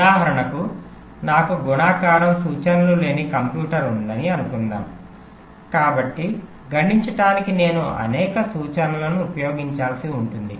ఉదాహరణకు నాకు గుణకారం సూచనలు లేని కంప్యూటర్ ఉందని అనుకుందాం కాబట్టి గుణించటానికి నేను అనేక సూచనలను ఉపయోగించాల్సి ఉంటుంది